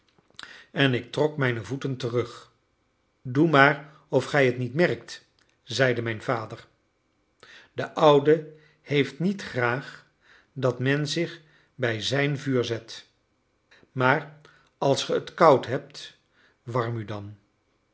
en ik trok mijne voeten terug doe maar of gij t niet merkt zeide mijn vader de oude heeft niet graag dat men zich bij zijn vuur zet maar als ge t koud hebt warm u dan